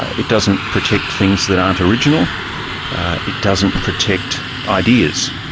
it doesn't protect things that aren't original it doesn't protect ideas.